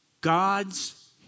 God's